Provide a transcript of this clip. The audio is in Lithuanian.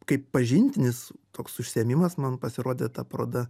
kaip pažintinis toks užsiėmimas man pasirodė ta paroda